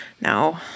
No